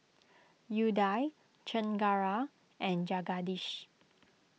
Udai Chengara and Jagadish